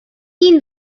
این